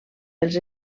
pels